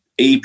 AP